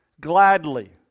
Gladly